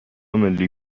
ملی